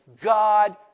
God